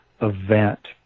event